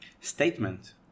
statement